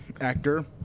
actor